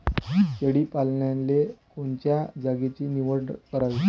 शेळी पालनाले कोनच्या जागेची निवड करावी?